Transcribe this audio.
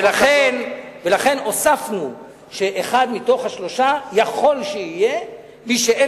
לכן הוספנו שאחד מתוך השלושה יכול שיהיה מי שאין